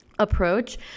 approach